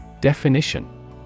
Definition